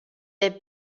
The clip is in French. est